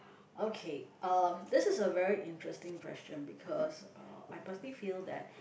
okay um this is a very interesting question because uh I personally feel that